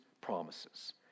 promises